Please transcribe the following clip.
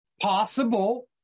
Possible